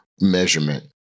Measurement